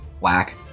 Whack